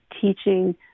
teaching